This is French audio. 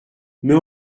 mais